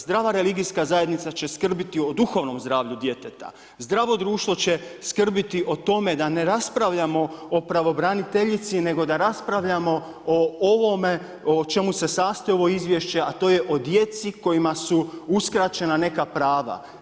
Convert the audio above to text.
Zdrava religijska zajednica, će se skrbiti o duhovnom zdravlju djeteta zdravo društvo će skrbiti o tome, da ne raspravljamo o pravobraniteljici, nego da raspravljamo o ovome o čemu se sastoji ovo izvješće a to je o djeci kojima su usrećena neka prava.